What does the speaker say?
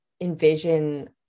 envision